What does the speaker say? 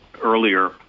earlier